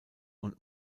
und